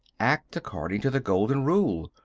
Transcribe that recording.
act according to the golden rule.